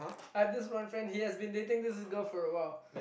I have this one friend he has been dating this girl for a while